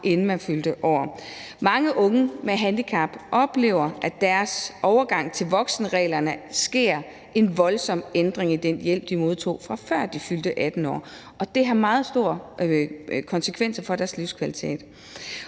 før man fyldte 18 år. Mange unge med handicap oplever, at der med deres overgang til voksenreglerne sker en voldsom ændring i den hjælp, de modtog, før de fyldte 18 år, og det har meget store konsekvenser for deres livskvalitet.